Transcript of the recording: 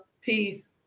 peace